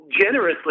generously